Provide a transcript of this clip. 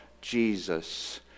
Jesus